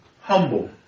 humble